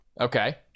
Okay